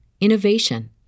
innovation